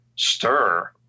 stir